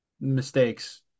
mistakes